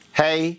hey